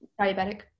diabetic